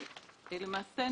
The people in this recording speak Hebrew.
לתיקון.